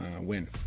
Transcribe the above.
win